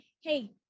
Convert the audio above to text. hey